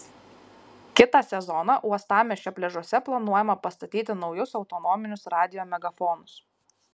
kitą sezoną uostamiesčio pliažuose planuojama pastatyti naujus autonominius radijo megafonus